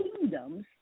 kingdoms